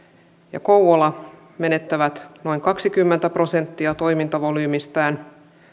ja kouvola menettävät noin kaksikymmentä prosenttia toimintavolyymistään